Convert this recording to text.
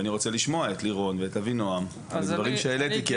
ואני רוצה לשמוע את לירון ואת אבינועם על הדברים שהעליתי.